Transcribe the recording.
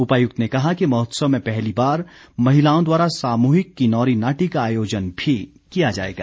उपायुक्त ने कहा कि महोत्सव में पहली बार महिलाओं द्वारा सामूहिक किन्नौर नाटी का आयोजन भी किया जाएगा